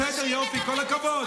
בסדר, יופי, כל הכבוד.